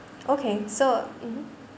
okay so mmhmm